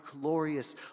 glorious